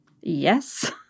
Yes